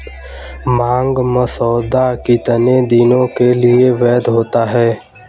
मांग मसौदा कितने दिनों के लिए वैध होता है?